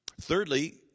Thirdly